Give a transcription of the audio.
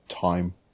time